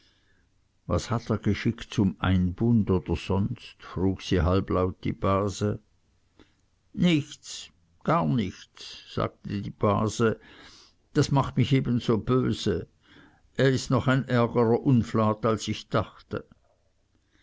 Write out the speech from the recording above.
was hat er geschickt zum einbund und sonst frug sie halblaut die base nichts gar nichts sagte die base das macht mich eben so böse er ist noch ein ärgerer unflat als ich dachte